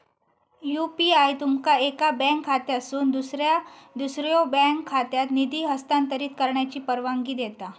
UPI तुमका एका bank खात्यातसून दुसऱ्यो बँक खात्यात निधी हस्तांतरित करण्याची परवानगी देता